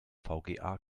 vga